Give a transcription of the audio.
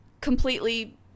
completely